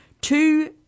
two